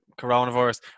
coronavirus